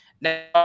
Now